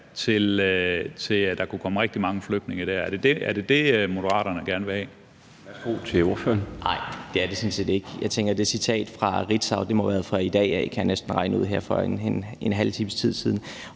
til, at der kunne komme rigtig mange flygtninge dér. Er det det, Moderaterne gerne vil have?